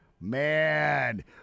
man